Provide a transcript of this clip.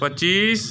पच्चीस